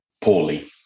poorly